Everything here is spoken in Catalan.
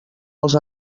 els